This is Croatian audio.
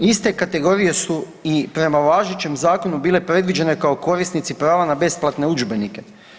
Iste kategorije su i prema važećem zakonu bile predviđene kao korisnici prava na besplatne udžbenike.